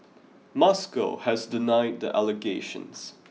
Moscow has denied the allegations